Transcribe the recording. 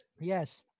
Yes